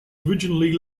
originally